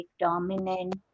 dominant